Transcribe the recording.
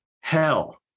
hell